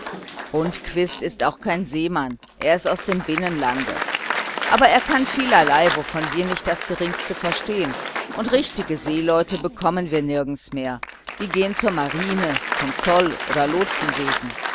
rundquist ist auch kein seemann er ist aus dem binnenlande aber er kann vielerlei wovon wir nicht das geringste verstehen und richtige seeleute bekommen wir nirgends mehr die gehen zur marine zum zoll oder